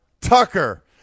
Tucker